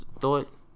thought